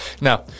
Now